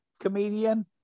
Comedian